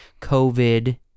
COVID